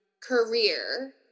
Career